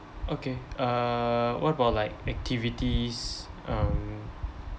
okay uh what about like activities um